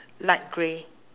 light grey